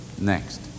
Next